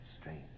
strange